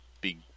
Big